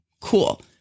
cool